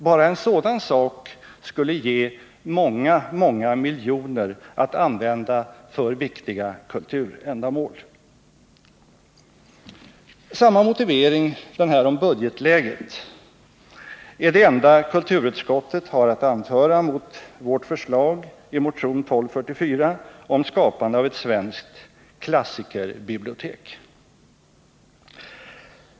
Bara en sådan sak skulle ge många, många miljoner att användas för wviktiga kulturändamål. Samma motivering — den om budgetläget — är det enda kulturutskottet har att anföra mot förslaget i motion 1244 om skapande av ett svenskt klassikerbibliotek.